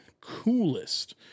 coolest